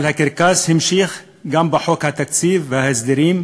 אבל הקרקס המשיך גם בחוק התקציב וההסדרים,